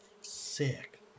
sick